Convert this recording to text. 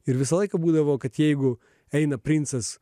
ir visą laiką būdavo kad jeigu eina princas